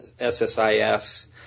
SSIS